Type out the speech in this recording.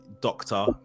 doctor